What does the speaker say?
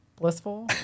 blissful